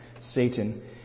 Satan